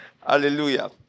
Hallelujah